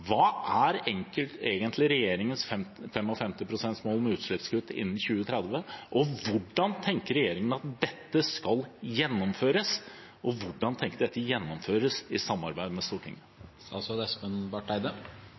er mitt spørsmål: Hva er egentlig regjeringens 55-prosentmål om utslippskutt innen 2030? Hvordan tenker regjeringen at dette skal gjennomføres? Og hvordan har de tenkt å gjennomføre det i samarbeid med Stortinget?